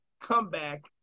comeback